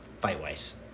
fight-wise